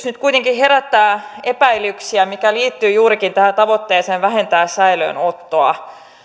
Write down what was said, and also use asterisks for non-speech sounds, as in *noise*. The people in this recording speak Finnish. *unintelligible* nyt kuitenkin herättää epäilyksiä liittyen juurikin tähän tavoitteeseen vähentää säilöönottoa